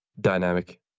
dynamic